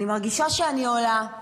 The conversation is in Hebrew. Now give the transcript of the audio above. אני מרגישה שאני עולה,